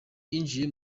yinjiye